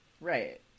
Right